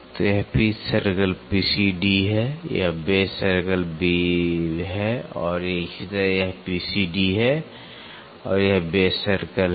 तो यह pitch circle PCD है यह बेस सर्कल है और इसी तरह यह PCD है और यह बेस सर्कल है